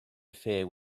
affair